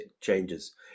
changes